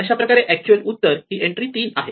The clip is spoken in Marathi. अशाप्रकारे अॅक्च्युअल उत्तर ही एन्ट्री 3 आहे